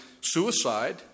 suicide